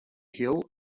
hill